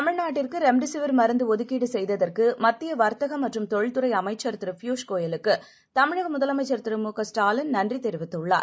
தமிழ்நாட்டிற்குரெம்டெசிவிர் மருந்துஒதுக்கீடுசெய்ததற்குமத்தியவர்த்தகமற்றும் தொழில்துறைஅமைச்சர் திருபியுஷ்கோயலுக்குதமிழகமுதலமைச்சர் திரு மு க ஸ்டாலின் நன்றிதெரிவித்துள்ளார்